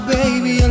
Baby